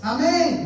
Amen